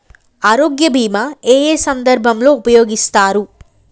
ఆరోగ్య బీమా ఏ ఏ సందర్భంలో ఉపయోగిస్తారు?